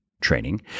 training